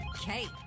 Kate